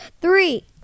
Three